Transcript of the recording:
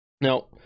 now